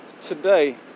today